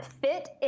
Fit